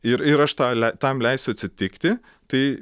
ir ir aš tą lei tam leisiu atsitikti tai